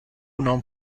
non